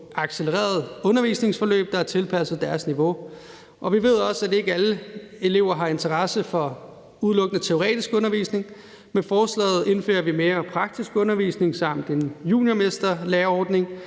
accelererede undervisningsforløb, der er tilpasset deres niveau. Vi ved også, at ikke alle elever har interesse for udelukkende teoretisk undervisning. Med forslaget indfører vi mere praktisk undervisning samt en juniormesterlæreordning,